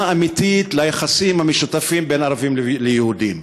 אמיתית ליחסים המשותפים של ערבים ויהודים.